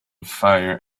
fire